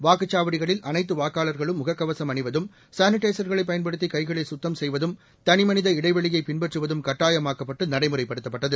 வாக்குச்சாவடிகளில் அனைத்து வாக்காளர்களும் முகக்கவசும் அணிவதும் சானிடைசர்களை பயன்படுத்தி கைகளை சுத்தம் செய்வதும் தனிமனித இடைவெளியைப் பின்பற்றுவதும் கட்டாயமாக்கப்பட்டு நடைமுறைப்படுத்தப்பட்டது